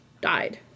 died